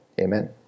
Amen